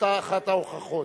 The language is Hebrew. ואתה אחת ההוכחות.